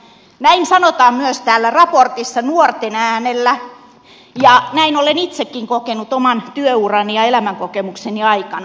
näin sanotaan myös täällä raportissa nuorten äänellä ja näin olen itsekin kokenut oman työurani ja elämänkokemukseni aikana